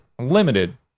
limited